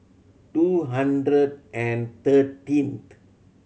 two hundred and thirteen